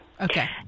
Okay